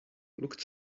looked